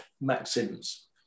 maxims